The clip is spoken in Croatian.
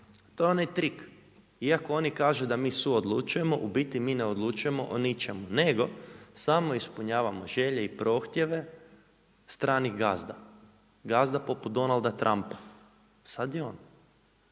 to je onaj trik. Iako oni kažu da mi suodlučujemo, u biti mi ne odlučujemo o ničemu. Nego, samo ispunjavamo želje i potrebe stranih gazda. Gazda poput Donalda Trumpa. Sad je on.